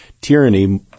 tyranny